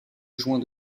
joint